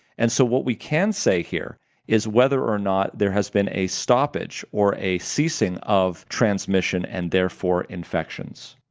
and so what we can say here is that whether or not there has been a stoppage or a ceasing of transmission and therefore infections.